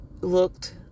looked